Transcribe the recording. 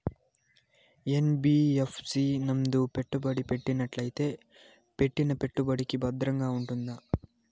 NBFC నందు పెట్టుబడి పెట్టినట్టయితే పెట్టిన పెట్టుబడికి భద్రంగా ఉంటుందా?